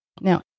Now